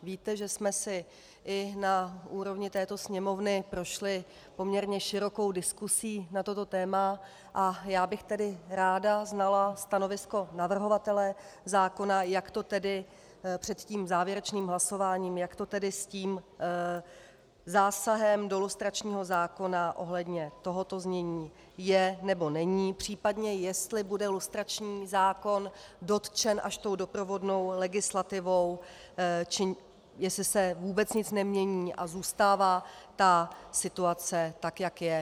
Víte, že jsme si i na úrovni této Sněmovny prošli poměrně širokou diskusí na toto téma, a já bych tedy ráda znala stanovisko navrhovatele zákona před závěrečným hlasováním, jak to tedy s tím zásahem do lustračního zákona ohledně tohoto znění je, nebo není, případně jestli bude lustrační zákon dotčen až tou doprovodnou legislativou, jestli se vůbec nic nemění a zůstává ta situace tak, jak je.